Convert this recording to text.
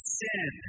sin